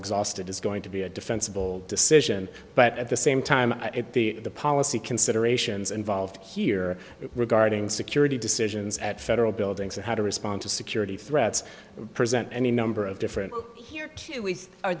exhausted is going to be a defensible decision but at the same time the policy considerations involved here regarding security decisions at federal buildings and how to respond to security threats present any number of different